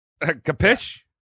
Capish